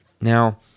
Now